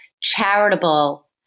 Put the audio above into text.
charitable